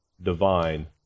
divine